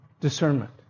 discernment